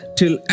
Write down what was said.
till